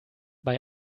bei